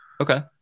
Okay